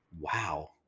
Wow